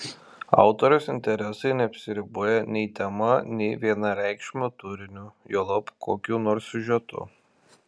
autoriaus interesai neapsiriboja nei tema nei vienareikšmiu turiniu juolab kokiu nors siužetu